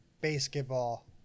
Basketball